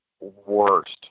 worst